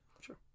Sure